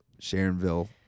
Sharonville